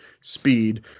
speed